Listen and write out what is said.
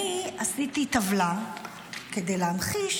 אני עשיתי טבלה כדי להמחיש.